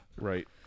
Right